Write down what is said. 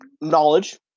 knowledge